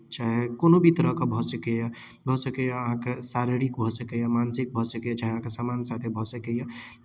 चाहे कोनो भी तरहक भऽ सकैए भऽ सकैए अहाँके शारीरिक भऽ सकैए मानसिक भऽ सकैए चाहे अहाँके सामान साथे भऽ सकैए